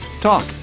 Talk